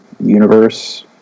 universe